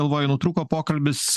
galvoju nutrūko pokalbis